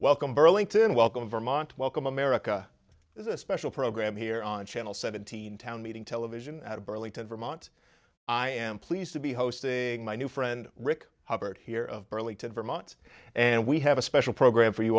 welcome burlington welcome vermont welcome america has a special program here on channel seventeen town meeting television at burlington vermont i am pleased to be hosting my new friend rick hubbard here of burlington vermont and we have a special program for you